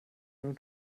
nur